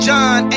John